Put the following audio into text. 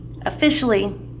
officially